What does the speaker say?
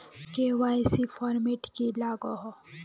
KYC format की लागोहो?